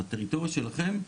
בטריטוריה שלכם,